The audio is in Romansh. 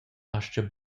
astga